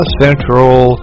central